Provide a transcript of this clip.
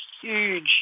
huge